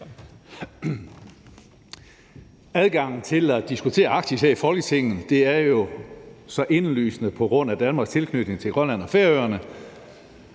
Adgangen til at diskutere Arktis her i Folketinget skyldes jo så indlysende Danmarks tilknytning til Grønland og Færøerne.